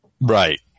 Right